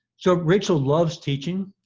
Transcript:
so rachel loves teaching,